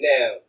Now